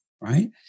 right